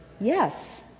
yes